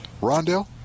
Rondell